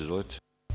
Izvolite.